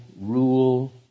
rule